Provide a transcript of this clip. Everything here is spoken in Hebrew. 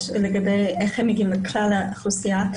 ולומר איך הם הגיעו לכלל האוכלוסייה.